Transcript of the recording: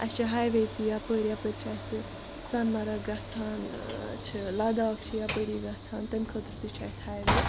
اَسہِ چھِ highway تہِ یَپٲرۍ یَپٲرۍ چھِ اَسہِ سۄنہٕ مَرگ گژھان چھِ لَداخ چھِ ہَپٲری گژھان تَمہِ خٲطرٕ تہِ چھُ اَسہِ ہاے وے